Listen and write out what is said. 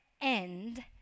end